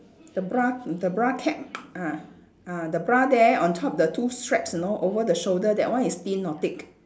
the bra the bra cap ah ah the bra there on top the two straps you know over the shoulder that one is thin or thick